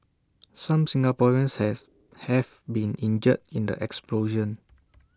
some Singaporeans has have been injured in the explosion